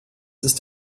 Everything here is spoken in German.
ist